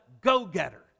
go-getter